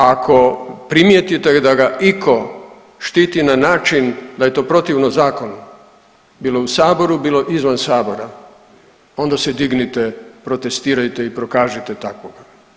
A ako primijetite da ga itko štiti na način da je to protivno zakonu, bilo u Saboru, bilo izvan Sabora, onda se dignite, protestirajte i prokažite takvoga.